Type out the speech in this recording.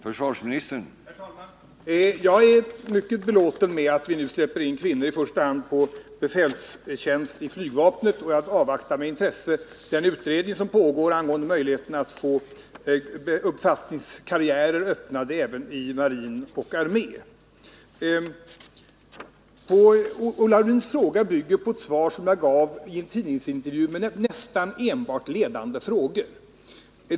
Herr talman! Jag är mycket belåten med att vi nu släpper in kvinnor på befälstjänster i första hand i flygvapnet, och jag avvaktar med intresse den utredning som pågår angående möjligheter att få befattningskarriärer öppnade även i marinen och armén. Olle Aulins fråga bygger på ett svar som jag gav i en tidningsintervju med nästan enbart ledande frågor.